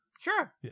Sure